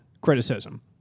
criticism